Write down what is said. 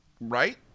Right